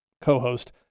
co-host